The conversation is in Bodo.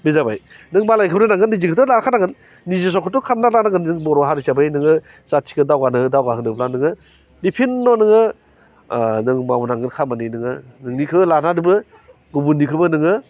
बे जाबाय नों मालायनिखौबो रोंनांगोन निजिनिखौथ' लाखा नांगोन निजि जखौथ' खालामना लानांगोन जों बर' हारि हिसाबै नोङो जाथिखौ दावगानो दावगाहोनोब्ला नोङो बिभिन्न' नोङो अह नों मावनांगोन खामानि नोङो नोंनिखौ लानानैबो गुबुननिखौबो नोङो